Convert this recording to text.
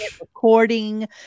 recording